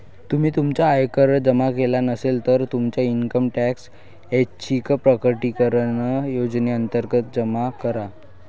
तुम्ही तुमचा आयकर जमा केला नसेल, तर तुमचा इन्कम टॅक्स ऐच्छिक प्रकटीकरण योजनेअंतर्गत जमा करा